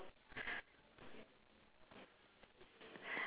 because that one I don't have any words there but you have